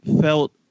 felt